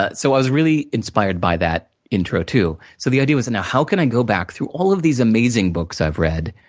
ah so, i was really inspired by that intro too. so, the idea was, now, how can i go back, through all of these amazing books i've read,